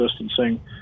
distancing